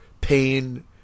pain